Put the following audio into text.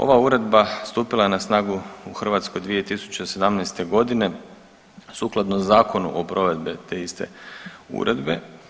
Ova uredba stupila je na snagu u Hrvatskoj 2017. godine sukladno zakonu o provedbi te iste uredbe.